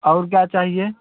और क्या चाहिए